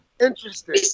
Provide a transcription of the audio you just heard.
Interesting